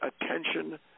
attention